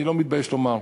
אני לא מתבייש לומר.